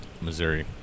Missouri